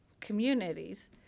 communities